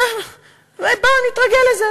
אולי בואו נתרגל לזה,